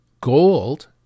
gold